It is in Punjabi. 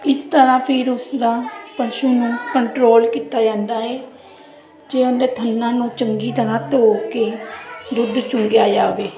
ਇਸ ਤਰ੍ਹਾਂ ਫਿਰ ਉਸਦਾ ਪਸ਼ੂ ਨੂੰ ਕੰਟਰੋਲ ਕੀਤਾ ਜਾਂਦਾ ਹੈ ਜੇ ਉਹਦੇ ਥੰਨਾ ਨੂੰ ਚੰਗੀ ਤਰ੍ਹਾਂ ਧੋ ਕੇ ਦੁੱਧ ਚੁੰਗਿਆ ਜਾਵੇ